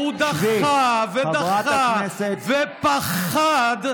כל שנה, והוא דחה ודחה ופחד,